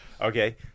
Okay